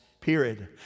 period